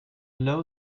low